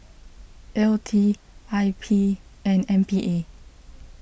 L T I P and M P A